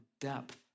depth